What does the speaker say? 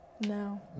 No